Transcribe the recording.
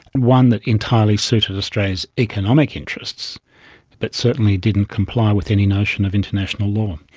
one that entirely suited australia's economic interests but certainly didn't comply with any notion of international law.